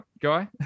guy